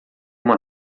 uma